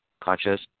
conscious